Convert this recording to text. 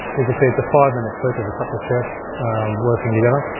you can see it's a five minute clip of a couple of chefs working together,